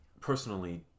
personally